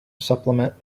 supplement